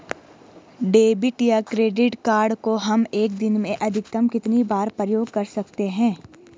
Debit या credit card को हम एक दिन में अधिकतम कितनी बार प्रयोग कर सकते हैं?